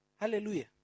Hallelujah